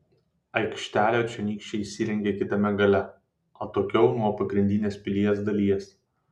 aikštelę čionykščiai įsirengė kitame gale atokiau nuo pagrindinės pilies dalies